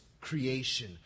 creation